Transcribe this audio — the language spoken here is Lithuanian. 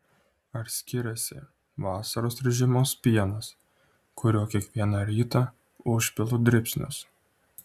ar skiriasi vasaros ir žiemos pienas kuriuo kiekvieną rytą užpilu dribsnius